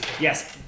Yes